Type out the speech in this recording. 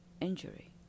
injury